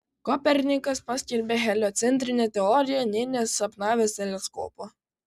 kopernikas paskelbė heliocentrinę teoriją nė nesapnavęs teleskopo